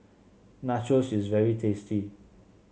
nachos is very tasty